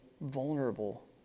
vulnerable